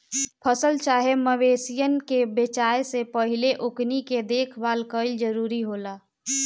फसल चाहे मवेशियन के बेचाये से पहिले ओकनी के देखभाल कईल जरूरी होला